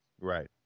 Right